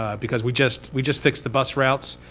ah because we just we just fixed the bus routes